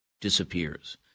disappears